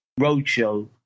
Roadshow